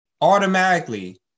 Automatically